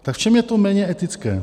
Tak v čem je to méně etické?